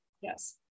Yes